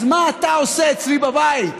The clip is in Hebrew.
אז מה אתה עושה אצלי בבית?